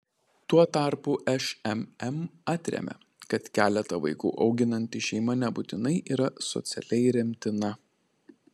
tuo tarpu šmm atremia kad keletą vaikų auginanti šeima nebūtinai yra socialiai remtina